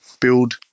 build